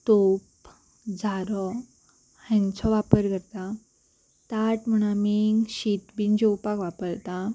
तोप झारो हेंचो वापर करता ताट म्हूण आमी शीत बीन जेवपाक वापरता